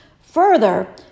Further